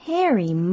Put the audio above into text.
Harry